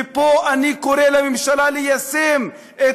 ופה אני קורא לממשלה ליישם את